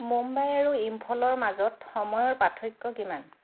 মুম্বাই আৰু ইম্ফলৰ মাজত সময়ৰ পাৰ্থক্য কিমান